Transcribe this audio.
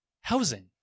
housing